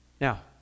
Now